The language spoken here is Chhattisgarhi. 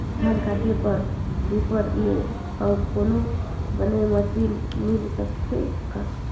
धान काटे बर रीपर ले अउ कोनो बने मशीन मिल सकथे का?